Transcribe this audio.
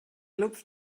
lupft